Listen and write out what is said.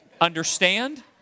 understand